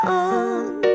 on